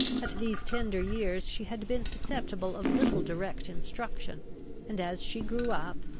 at these tender years she had been susceptible of little direct instruction and, as she grew up,